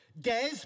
Des